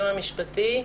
בבקשה.